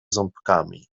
ząbkami